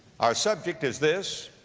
our subject is this,